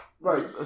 Right